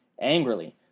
angrily